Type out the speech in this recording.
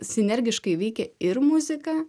sinergiškai veikia ir muzika